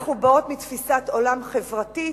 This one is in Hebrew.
אנחנו באות מתפיסת עולם חברתית,